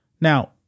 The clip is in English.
Now